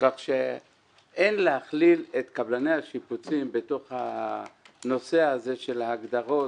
כך שאין להכליל את קבלני השיפוצים בתוך הנושא הזה של ההגדרות,